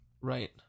right